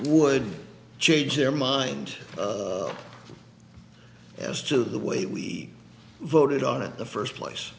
would change their mind as to the way we voted on it the first place